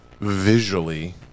visually